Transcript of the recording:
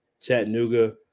Chattanooga